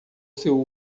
seu